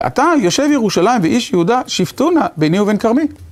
אתה יושב ירושלים, ואיש יהודה, שיפטו נא ביני ובן כרמי.